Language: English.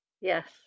yes